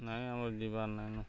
ନାଇଁ ଆମର୍ ଯିବାର୍ ନାଇଁନ